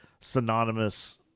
synonymous